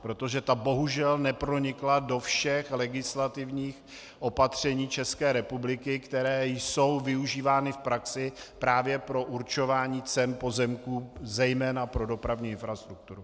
Protože ta bohužel nepronikla do všech legislativních opatření České republiky, která jsou využívána v praxi právě pro určování cen pozemků, zejména pro dopravní infrastrukturu.